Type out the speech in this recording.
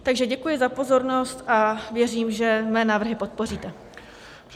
Takže děkuji za pozornost a věřím, že mé návrhy podpoříte.